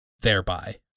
thereby